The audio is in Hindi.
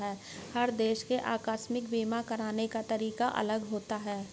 हर देश के आकस्मिक बीमा कराने का तरीका अलग होता है